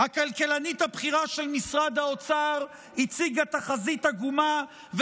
הכלכלנית הבכירה של משרד האוצר הציגה תחזית עגומה,